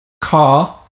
car